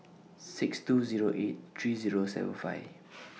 six two Zero eight three Zero seven five